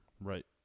Right